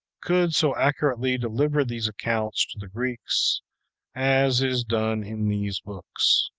could so accurately deliver these accounts to the greeks as is done in these books.